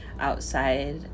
outside